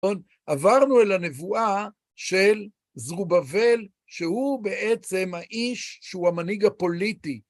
עברנו אל הנבואה של זרובבל, שהוא בעצם האיש שהוא המנהיג הפוליטי.